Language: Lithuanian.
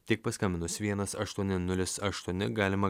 tik paskambinus vienas aštuoni nulis aštuoni galima